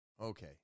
Okay